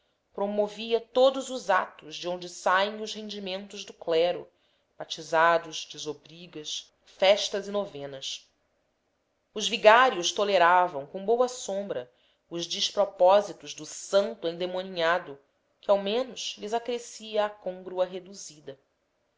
promovia todos os atos de onde saem os rendimentos do clero batizados desobrigas festas e novenas os vigários toleravam com boa sombra os despropósitos do santo endemoninhado que ao menos lhes acrescia a côngrua reduzida